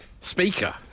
Speaker